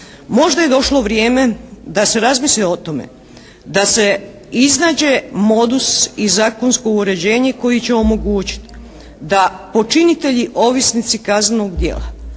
možda je došlo vrijeme da se razmisli o tome, da se iznađe modus i zakonsko uređenje koje će omogućiti da počinitelji ovisnici kaznenog djela